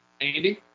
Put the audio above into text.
Andy